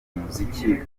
umuziki